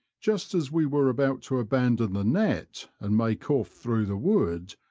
just as we were about to abandon the net and make off through the wood,